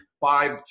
five